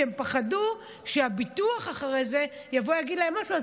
כי הם פחדו שהביטוח אחרי זה יגיד להם משהו,